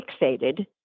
fixated